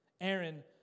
Aaron